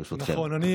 ברשותכם.